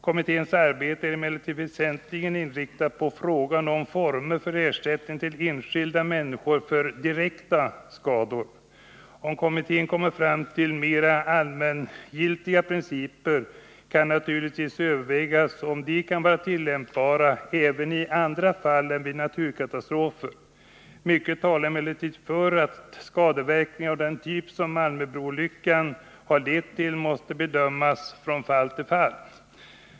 Kommitténs arbete är emellertid väsentligen inriktat på frågan om former för ersättning till enskilda människor för direkta skador. Om kommittén kommer fram till mer allmängiltiga principer, kan naturligtvis övervägas, om de kan vara tillämpbara även i andra fall än vid naturkatastrofer. Mycket talar emellertid för att skadeverkningar av den typ som Almöbroolyckan har lett till måste bedömas från fall till fall.